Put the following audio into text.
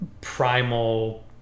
primal